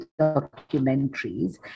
documentaries